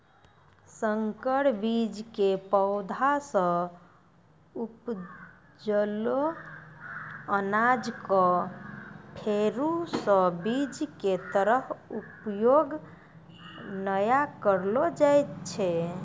संकर बीज के पौधा सॅ उपजलो अनाज कॅ फेरू स बीज के तरह उपयोग नाय करलो जाय छै